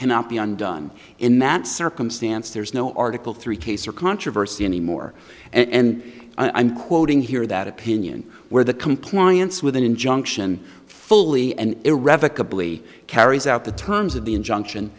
cannot be undone in that circumstance there's no article three case or controversy anymore and i'm quoting here that opinion where the compliance with an injunction fully and irrevocably carries out the terms of the injunction